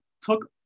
took